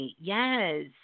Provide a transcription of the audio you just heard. Yes